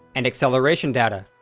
and acceleration data.